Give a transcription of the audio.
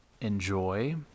enjoy